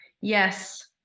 Yes